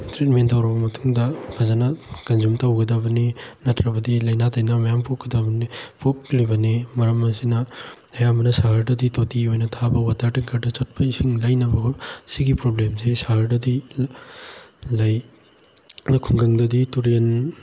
treatment ꯇꯧꯔꯕ ꯃꯇꯨꯡꯗ ꯐꯖꯅ ꯀꯟꯖꯨꯝ ꯇꯧꯒꯗꯕꯅꯤ ꯅꯠꯇ꯭ꯔꯕꯗꯤ ꯂꯩꯅꯥ ꯇꯤꯟꯅꯥ ꯃꯌꯥꯝ ꯄꯣꯛꯂꯤꯕꯅꯤ ꯃꯔꯝ ꯑꯁꯤꯅ ꯑꯌꯥꯝꯕꯅ ꯁꯍꯔꯗꯗꯤ ꯇꯣꯇꯤ ꯑꯣꯏꯅ ꯊꯥꯕ ꯋꯥꯇꯔ ꯇꯦꯡꯀ꯭ꯔꯗ ꯆꯠꯄ ꯏꯁꯤꯡ ꯂꯩꯅꯕ ꯁꯤꯒꯤ ꯄ꯭ꯔꯣꯕ꯭ꯂꯦꯝꯁꯤ ꯁꯍꯔꯗꯗꯤ ꯂꯩ ꯈꯨꯡꯒꯪꯗꯗꯤ ꯇꯨꯔꯦꯟ